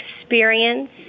experience